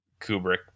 Kubrick